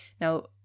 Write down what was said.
Now